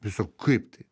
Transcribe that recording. tiesiog kaip tai